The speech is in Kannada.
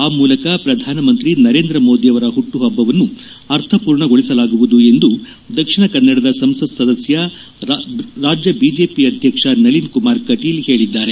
ಆ ಮೂಲಕ ಪ್ರಧಾನ ಮಂತ್ರಿ ನರೇಂದ್ರ ಮೋದಿಯವರ ಹುಟ್ಟು ಹಬ್ಬವನ್ನು ಅರ್ಥಪೂರ್ಣಗೊಳಿಸಲಾಗುವುದು ಎಂದು ದಕ್ಷಿಣ ಕನ್ನಡದ ಸಂಸತ್ ಸದಸ್ಕ ರಾಜ್ಯ ಬಿಜೆಪಿ ಅಧ್ಯಕ ನಳಿನ್ಕುಮಾರ್ ಕಟೀಲ್ ಹೇಳಿದ್ದಾರೆ